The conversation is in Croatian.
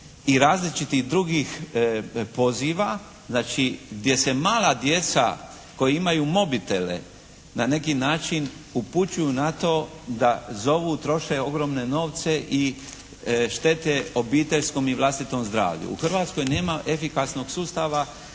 i različitih drugih poziva znači gdje se mala djeca koja imaju mobitele na neki način upućuju na to da zovu, troše ogromne novce i štete obiteljskom i vlastitom zdravlju. U Hrvatskoj nema efikasnog sustava